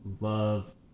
love